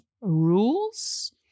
rules